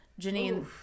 Janine